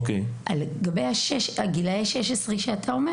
לגבי גילאי ה-16 שאתה אומר